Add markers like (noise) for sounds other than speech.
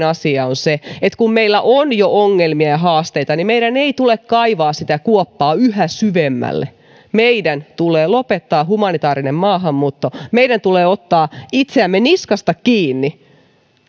(unintelligible) asia on se että kun meillä on jo ongelmia ja haasteita niin meidän ei tule kaivaa sitä kuoppaa yhä syvemmälle meidän tulee lopettaa humanitäärinen maahanmuutto meidän tulee ottaa itseämme niskasta kiinni